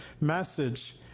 message